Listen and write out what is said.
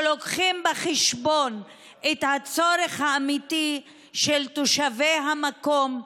שמביאים בחשבון את הצורך האמיתי של תושבי המקום,